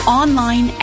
online